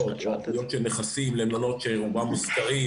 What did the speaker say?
וערבויות של נכסים למלונות שרובם מושכרים